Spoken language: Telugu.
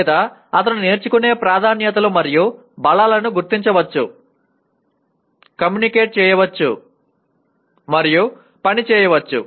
లేదా అతను నేర్చుకునే ప్రాధాన్యతలు మరియు బలాలను గుర్తించవచ్చు కమ్యూనికేట్ చేయవచ్చు మరియు పని చేయవచ్చు